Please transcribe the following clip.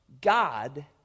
God